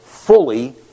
Fully